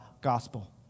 gospel